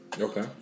Okay